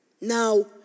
Now